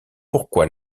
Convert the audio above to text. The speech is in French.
pourquoi